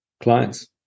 clients